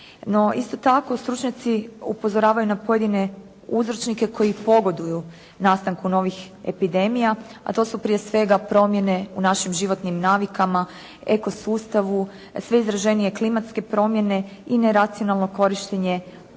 isto tako, stručnjaci upozoravaju na pojedine uzročnike koji pogoduju nastanku novih epidemija, a to su prije svega promjene u našim životnim navikama, ekosustavu, sve izraženije klimatske promjene i neracionalno korištenje antibiotika,